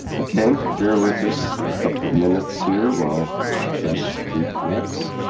okay. bear with us a couple of minutes here while mr. keshe reconnects.